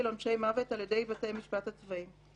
עונשי מוות על ידי בתי המשפט הצבאיים.